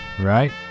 Right